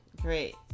Great